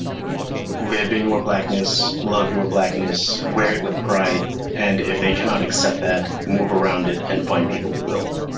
live in your blackness, love your blackness, wear it with pride, and if they cannot accept that, move around it and find people who will